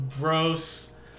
gross